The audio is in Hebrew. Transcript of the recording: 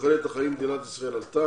תוחלת החיים במדינת ישראל עלתה.